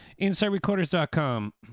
InsideRecorders.com